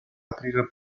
aprire